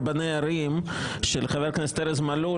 השלישית על הצעת חוק רבני ערים של חבר הכנסת ארז מלול,